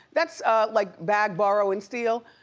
that's like bag, borrow, and steal.